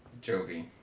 Jovi